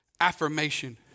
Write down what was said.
affirmation